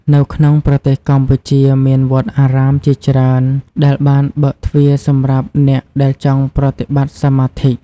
នៅក្នុងប្រទេសកម្ពុជាមានវត្តអារាមជាច្រើនដែលបានបើកទ្វារសម្រាប់អ្នកដែលចង់ប្រតិបត្តិសមាធិ។